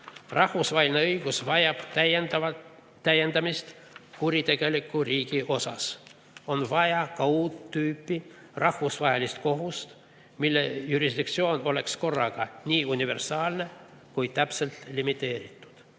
Rahvusvaheline õigus vajab täiendamist kuritegeliku riigi osas. On vaja ka uut tüüpi rahvusvahelist kohust, mille jurisdiktsioon oleks korraga nii universaalne kui ka täpselt limiteeritud.